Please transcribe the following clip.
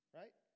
right